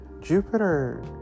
Jupiter